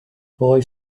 boy